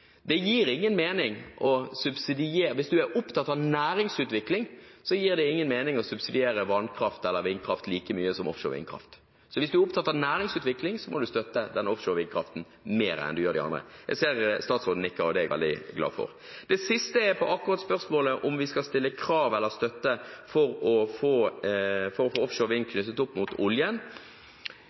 Hvis man er opptatt av næringsutvikling, gir det ingen mening å subsidiere vannkraft eller vindkraft like mye som offshorevindkraft. Så hvis man er opptatt av næringsutvikling, må man støtte offshorevindkraften mer enn de andre. Jeg ser at statsråden nikker, og det er jeg veldig glad for. Det siste går på akkurat det spørsmålet om vi skal stille krav – eller støtte – for å få offshorevind vinklet opp mot oljen.